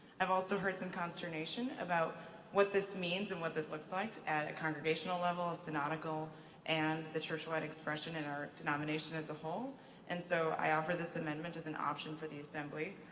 i've also heard some consternation about what this means and what this looks like at a congregational level, a synodical and the churchwide expression in our denomination as a whole and so i offer this amendment as an option for the assembly.